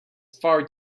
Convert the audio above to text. far